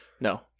No